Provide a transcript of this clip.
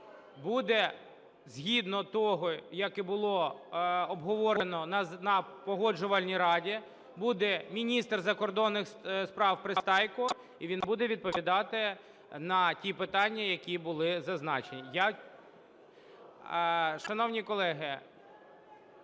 Буде згідно того, як і було обговорено на Погоджувальній раді, буде міністр закордонних справ Пристайко, і він буде відповідати на ті питання, які були зазначені. Шановні колеги,